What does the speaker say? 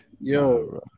Yo